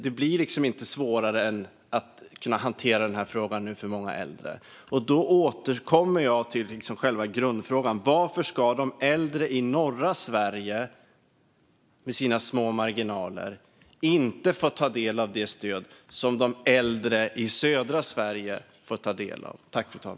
Det blir inte svårare än att nu kunna hantera den här frågan för många äldre. Då återkommer jag till själva grundfrågan. Varför ska de äldre i norra Sverige med sina små marginaler inte få ta del av det stöd som de äldre i södra Sverige får ta del av?